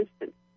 instance